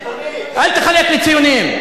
אדוני, אל תחלק לי ציונים.